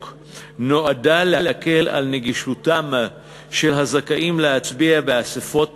נועדה להקל את הנגישות של הזכאים להצביע באספות